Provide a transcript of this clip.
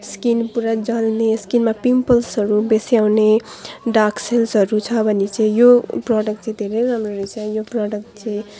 skin पुरा जल्ने स्किनमा पिम्पल्सहरू बेसी आउने डार्क सेल्सहरू छ भने चाहिँ यो प्रडक्ट चाहिँ धेरै राम्रो रहेछ यो प्रडक्ट चाहिँ